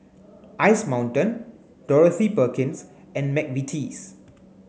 Ice Mountain Dorothy Perkins and McVitie's